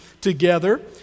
together